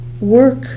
work